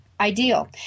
Ideal